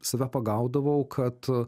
save pagaudavau kad